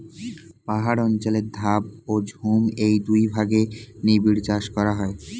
পাহাড় অঞ্চলে ধাপ ও ঝুম এই দুই ভাগে নিবিড় চাষ করা হয়